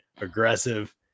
aggressive